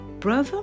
brother